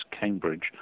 Cambridge